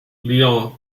lyon